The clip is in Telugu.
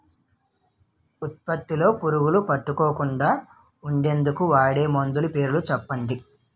ఉత్పత్తి లొ పురుగులు పట్టకుండా ఉండేందుకు వాడే మందులు పేర్లు చెప్పండీ?